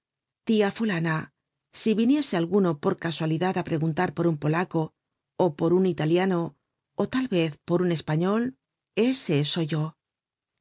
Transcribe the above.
tia fulana si viniese alguno por casualidad á preguntar por un polaco ó por un italiano ó tal vez por un español ese soy yo